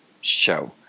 show